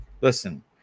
Listen